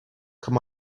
kann